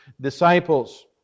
disciples